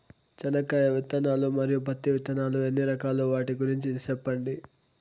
చెనక్కాయ విత్తనాలు, మరియు పత్తి విత్తనాలు ఎన్ని రకాలు వాటి గురించి సెప్పండి?